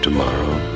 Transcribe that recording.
Tomorrow